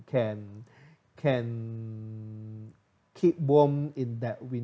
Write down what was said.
can can keep warm in that way